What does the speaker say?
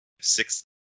six